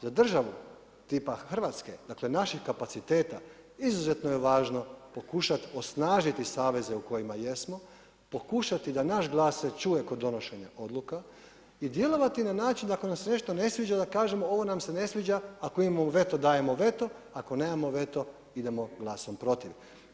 Za državu tipa Hrvatske, dakle naših kapaciteta izuzetno je važno pokušat osnažiti saveze u kojima jesmo, pokušati da naš glas se čuje kod donošenje odluka i djelovati na način da sve što ne sviđa, da kažemo ovo nam se ne sviđa ako imamo veto, dajemo veto, ako nemamo veto, idemo glasom protiv.